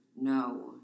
no